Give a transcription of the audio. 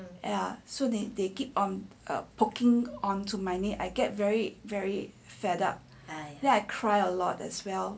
ya so they they keep on a poking onto my name I get very very fed up there I cry a lot as well